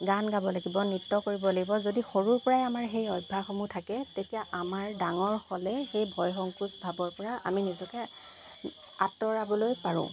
গান গাব লাগিব নৃত্য কৰিব লাগিব যদি সৰুৰপৰাই আমাৰ সেই অভ্যাসসমূহ থাকে তেতিয়া আমাৰ ডাঙৰ হ'লে সেই ভয় সংকোচ ভাৱৰপৰা আমি নিজকে আঁতৰাবলৈ পাৰোঁ